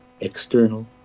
external